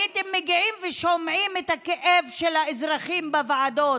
הייתם מגיעים ושומעים את הכאב של האזרחים בוועדות.